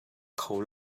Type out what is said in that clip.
kho